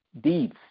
deeds